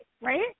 Right